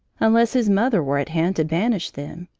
unless his mother were at hand to banish them,